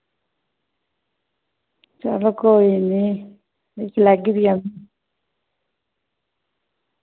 चलो कोई नी दिक्खी लैगी फ्ही आऊं